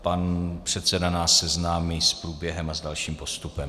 Pan předseda nás seznámí s průběhem a dalším postupem.